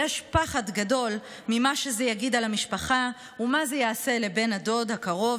יש פחד גדול ממה שזה יגיד על המשפחה ומה זה יעשה לבן הדוד הקרוב,